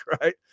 right